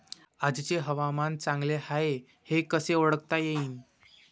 आजचे हवामान चांगले हाये हे कसे ओळखता येईन?